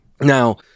Now